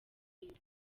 madrid